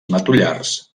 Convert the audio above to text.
matollars